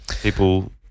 people